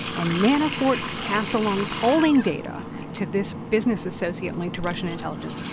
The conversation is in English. and manafort passed along polling data to this business associate linked to russian intelligence.